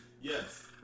Yes